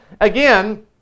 again